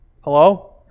Hello